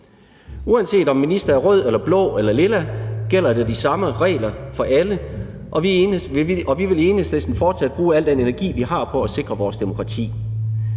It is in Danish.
Uanset om en minister er rød eller blå eller lilla, gælder der de samme regler, og de gælder for alle, og vi vil i Enhedslisten fortsat bruge al den energi, vi har, på at sikre vores demokrati.